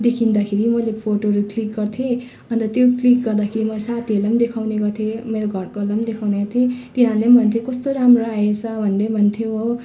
देखिँदाखेरि मैले फोटोहरू क्लिक गर्थेँ अन्त त्यो क्लिक गर्दाखेरि म साथीहरूलाई देखाउने गर्थेँ मेरो घरकोहरूलाई देखाउने गर्थेँ तिनाहरूले भन्थेँ कस्तो राम्रो आएछ भन्दै भन्थ्यो हो